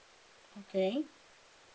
okay